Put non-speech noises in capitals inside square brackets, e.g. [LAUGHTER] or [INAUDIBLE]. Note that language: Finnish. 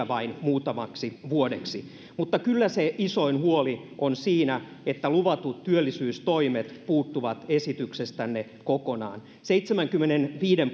[UNINTELLIGIBLE] vain muutamaksi vuodeksi mutta kyllä se isoin huoli on siinä että luvatut työllisyystoimet puuttuvat esityksestänne kokonaan seitsemänkymmenenviiden [UNINTELLIGIBLE]